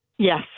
Yes